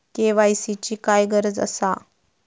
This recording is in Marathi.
के.वाय.सी ची काय गरज आसा?